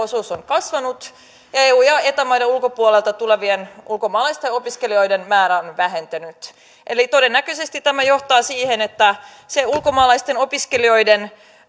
osuus on kasvanut ja eu ja eta maiden ulkopuolelta tulevien ulkomaalaisten opiskelijoiden määrä on on vähentynyt eli todennäköisesti tämä johtaa siihen että juuri se ulkomaalaisten opiskelijoiden